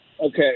Okay